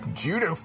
judo